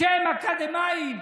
שהם אקדמאים,